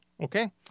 okay